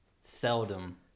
seldom